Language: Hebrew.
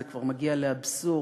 זה כבר מגיע לאבסורד.